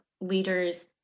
Leaders